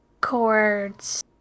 chords